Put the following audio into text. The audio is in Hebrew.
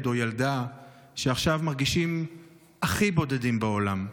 או ילדה שעכשיו מרגישים הכי בודדים בעולם.